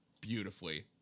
beautifully